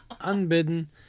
unbidden